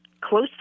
close